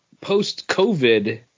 Post-COVID